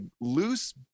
loose